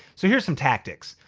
so here's some tactics.